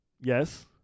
Yes